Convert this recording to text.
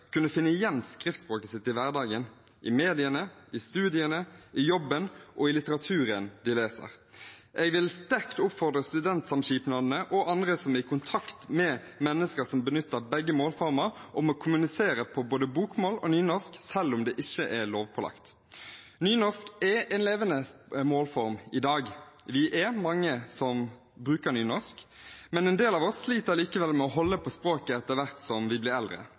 kunne finne igjen skriftspråket sitt i hverdagen – i mediene, i studiene, i jobben og i litteraturen de leser. Jeg vil sterkt oppfordre studentsamskipnadene og andre som er i kontakt med mennesker som benytter begge målformer, til å kommunisere på både bokmål og nynorsk selv om det ikke er lovpålagt. Nynorsk er en levende målform i dag. Vi er mange som bruker nynorsk, men en del av oss sliter likevel med å holde på språket etter hvert som vi blir eldre